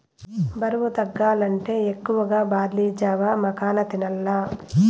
బరువు తగ్గాలంటే ఎక్కువగా బార్లీ జావ, మకాన తినాల్ల